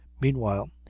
Meanwhile